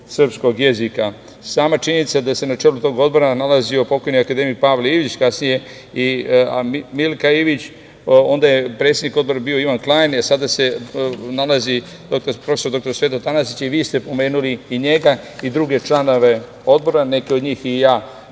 srpskog jezika. Sama činjenica da se na čelu tog Odbora nalazio pokojni akademik Pavle Ilić, kasnije i Milka Ilić, onda je predsednik Odbora bio Ivan Klajn, a sada se nalazi prof. dr Sveto Tanasić, i vi ste pomenuli i njega i druge članove odbora, neke od njih i ja